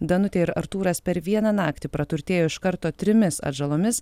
danutė ir artūras per vieną naktį praturtėjo iš karto trimis atžalomis